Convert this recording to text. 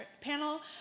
panel